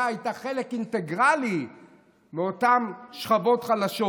הייתה חלק אינטגרלי מאותן שכבות חלשות?